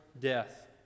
death